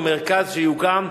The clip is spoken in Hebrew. במרכז שיוקם,